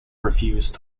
refused